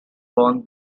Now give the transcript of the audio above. born